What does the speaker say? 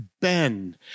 ben